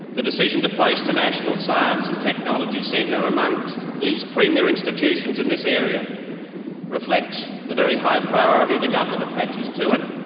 the decision to place the national science and technology centre amongst these premier institutions in this area reflects the very high priority the government attaches to it.